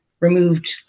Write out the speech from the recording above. removed